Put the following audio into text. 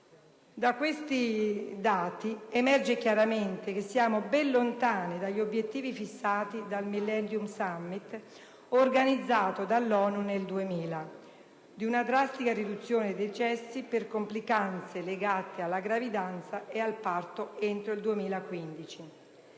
Da questi dati emerge chiaramente che siamo ben lontani dagli obiettivi fissati dal "Millennium Summit", organizzato dall'ONU nel 2000, di una drastica riduzione dei decessi per complicanze legate alla gravidanza e al parto entro il 2015.